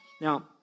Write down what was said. Now